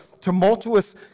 tumultuous